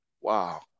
Wow